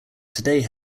today